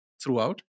throughout